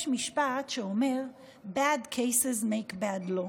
יש משפט שאומר bad cases make bad law.